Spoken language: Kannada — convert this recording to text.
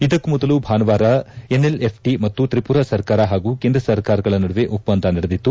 ಇದಕ್ಕೂ ಮೊದಲು ಭಾನುವಾರ ಎನ್ಎಲ್ಎಫ್ಟ ಮತ್ತು ತ್ರಿಪುರ ಸರ್ಕಾರ ಹಾಗೂ ಕೇಂದ್ರ ಸರ್ಕಾರಗಳ ನಡುವೆ ಒಪ್ಪಂದ ನಡೆದಿತ್ತು